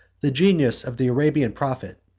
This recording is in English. the genius of the arabian prophet,